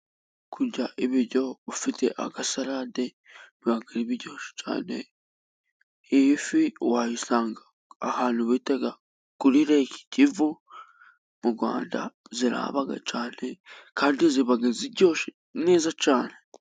Kurya ibiryo ufite agasalade, biba biryoshye cyane. Iyi fi wayisanga ahantu bita kuri Rake kivu, mu Rwanda zirahaba cyane, kandi ziba ziryoshye neza cyane.